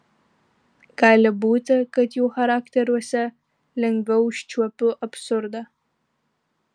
gali būti kad jų charakteriuose lengviau užčiuopiu absurdą